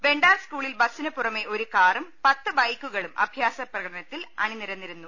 വെണ്ടാർ സ്കൂളിൽ ബസിന് പുറമേ ഒരു കാറും പത്ത് ബൈക്കുകളും അഭ്യാസ പ്രകടനത്തിൽ അണി നിരന്നിരുന്നു